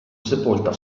sepolta